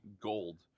gold